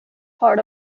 part